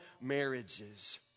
marriages